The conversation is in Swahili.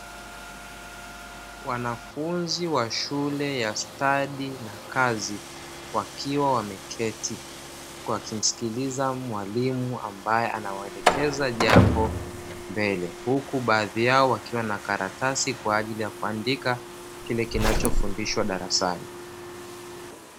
Wanafunzi wa shule ya stadi na kazi wakiwa wameketi wakimsikiliza mwalimu ambaye anawaelekeza jambo mbele. Huku baadhi yao wakiwa na karatasi kwa ajili ya kuandika kile kinachofundishwa darasani.